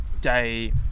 day